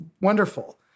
wonderful